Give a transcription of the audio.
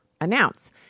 announce